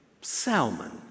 Salmon